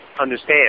understand